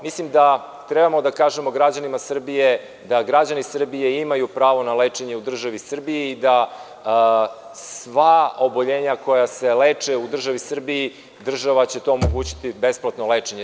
Mislim da treba da kažemo građanima Srbije, da građani Srbije imaju pravo na lečenje u državi Srbiji i da sva oboljenja koja se leče u državi Srbiji, država će omogućiti besplatno lečenje.